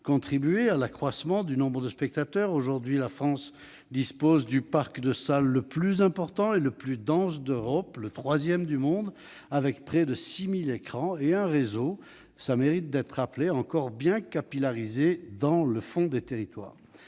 contribué à l'accroissement du nombre de spectateurs. Aujourd'hui, la France dispose du parc de salles le plus important et le plus dense d'Europe- le troisième du monde -, avec près de 6 000 écrans et un réseau encore bien ramifié dans les territoires.